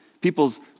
People's